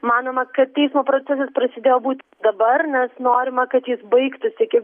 manoma kad teismo procesas prasidėjo būt dabar nes norima kad jis baigtųsi iki